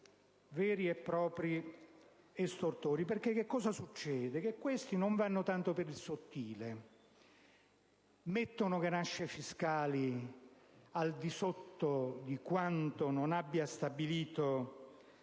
veri e propri estortori. Cosa succede? Questi non vanno tanto per il sottile, mettono ganasce fiscali al di sotto di quanto non abbia stabilito